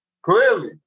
Clearly